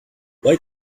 why